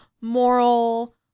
moral